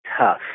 tough